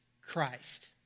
Christ